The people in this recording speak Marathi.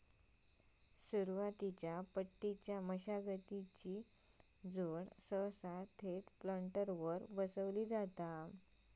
सुरुवातीच्या पट्टीच्या मशागतीची जोड सहसा थेट प्लांटरवर बसवली जाता